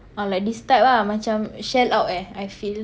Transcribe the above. ah like this type ah macam shell out eh I feel